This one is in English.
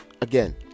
again